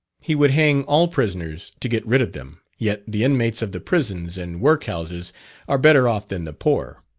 he would hang all prisoners to get rid of them, yet the inmates of the prisons and work-houses are better off than the poor.